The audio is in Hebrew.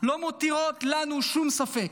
לא מותירות לנו שום ספק: